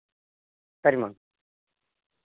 సరే అమ్మా